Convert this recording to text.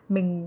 Mình